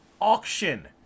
auction